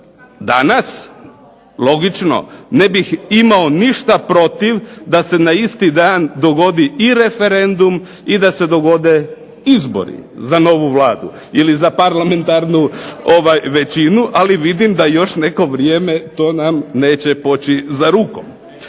Danas, logično, ne bih imao ništa protiv da se na isti dan dogodi i referendum i da se dogode izbori za novu Vladu ili za parlamentarnu većinu, ali vidim da još neko vrijeme to nam neće poći za rukom.